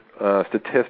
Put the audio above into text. Statistics